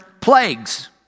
plagues